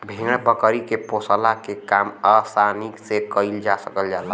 भेड़ बकरी के पोसला के काम आसानी से कईल जा सकल जाला